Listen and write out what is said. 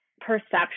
perception